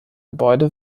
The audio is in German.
gebäude